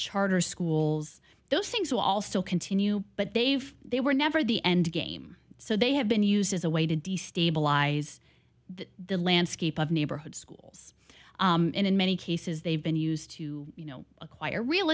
charter schools those things all still continue but they've they were never the endgame so they have been used as a way to destabilize the landscape of neighborhood schools in many cases they've been used to you know acquire real